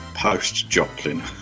Post-Joplin